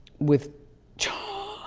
with cha.